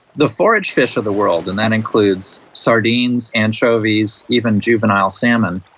the forage fish of the world, and that includes sardines, anchovies, even juvenile salmon,